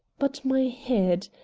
but my head.